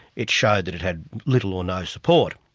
it showed that it had little or no support.